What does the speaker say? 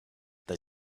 they